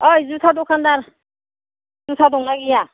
ओइ जुथा दखानदार जुथा दं ना गैया